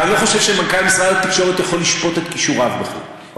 ואני לא חושב שמנכ"ל משרד התקשורת יכול לשפוט את כישוריו בכלל,